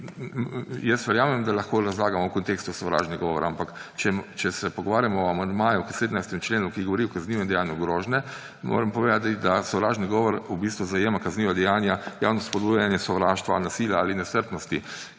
gre? Verjamem, da lahko razlagamo v kontekstu sovražni govor, ampak če se pogovarjamo o amandmaju k 17. členi, ki govori o kaznivem dejanju grožnje, moram povedati, da sovražni govor v bistvu zajema kazniva dejanja javno spodbujanje sovraštva, nasilja ali nestrpnosti,